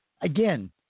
again